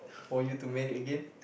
for you to marry again